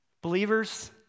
Believers